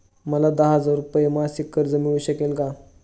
मला दहा हजार रुपये मासिक कर्ज मिळू शकेल का?